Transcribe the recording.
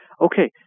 Okay